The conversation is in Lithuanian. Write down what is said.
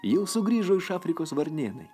jau sugrįžo iš afrikos varnėnai